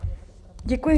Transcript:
Děkuji.